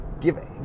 give